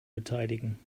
beteiligen